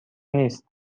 نیست